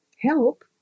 help